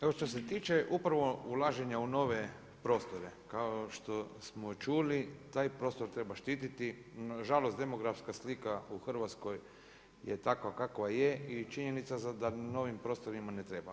Evo što se tiče upravo ulaženja u nove prostore, kao što smo čuli, taj prostor treba štititi, nažalost demografska slika u Hrvatskoj je takva kakva je i činjenica da za novim prostorima ne treba.